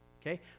okay